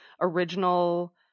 original